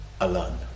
alone